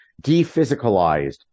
De-physicalized